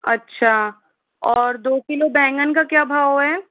अच्छा और दो किलो बैंगन का क्या भाव है